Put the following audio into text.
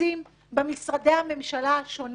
היועצים במשרדי הממשלה השונים